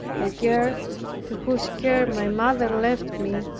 the girl to whose care my mother left me,